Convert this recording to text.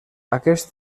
aquest